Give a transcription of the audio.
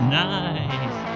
nice